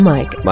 Mike